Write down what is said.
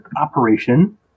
Operation